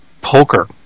poker